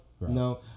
no